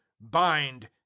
bind